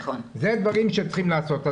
אלה דברים שצריכים לעשות.